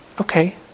Okay